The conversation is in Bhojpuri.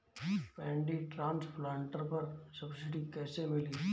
पैडी ट्रांसप्लांटर पर सब्सिडी कैसे मिली?